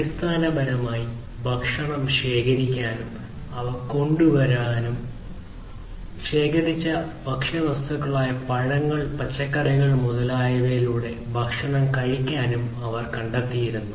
അടിസ്ഥാനപരമായി ഭക്ഷണം ശേഖരിക്കാനും അവ കൊണ്ടുവരാനും ശേഖരിച്ച ഭക്ഷ്യവസ്തുക്കളായ പഴങ്ങൾ പച്ചക്കറികൾ മുതലായവയിലൂടെ ഭക്ഷണം കഴിക്കാനും അവർ കണ്ടെത്തിയിരുന്നു